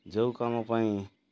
ଯୋଉ କାମ ପାଇଁ